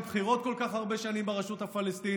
בחירות כל כך הרבה שנים ברשות הפלסטינית,